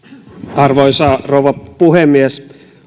arvoisa rouva puhemies